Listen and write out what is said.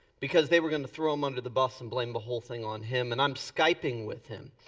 because they were gonna throw him under the bus and blame the whole thing on him. and i'm skyping with him,